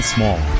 Small